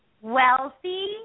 wealthy